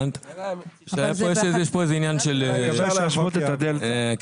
יש פה עניין של עשו לי.